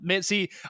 See